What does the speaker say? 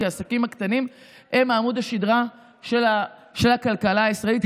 כי העסקים הקטנים הם עמוד השדרה של הכלכלה הישראלית,